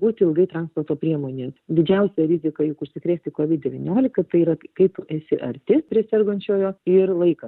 būti ilgai transporto priemonė didžiausia rizika užsikrėsti covid devyniolika tai yra kaip esi arti prie sergančiojo ir laikas